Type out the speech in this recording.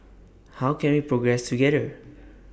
how can we progress together